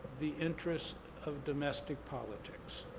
the interest of domestic politics.